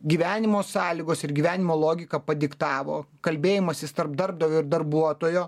gyvenimo sąlygos ir gyvenimo logika padiktavo kalbėjimasis tarp darbdavio ir darbuotojo